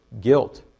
guilt